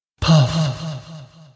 Puff